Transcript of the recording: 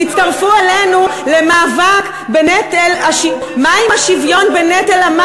תצטרפו אלינו למאבק בנטל, מה עם השוויון בנטל המס?